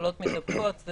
מחלות מידבקות.